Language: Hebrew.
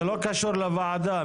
זה לא קשור לוועדה.